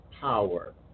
power